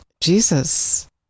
Jesus